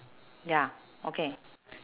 ya okay